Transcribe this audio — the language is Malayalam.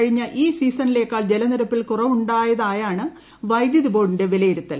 കഴിഞ്ഞ ഈ സീസണിലേക്കാൾ ജലനിരപ്പിൽ കുറവുണ്ടായതായാണ് വൈദ്യുതി ബോർഡിന്റെ വിലയിരുത്തൽ